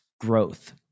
growth